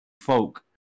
folk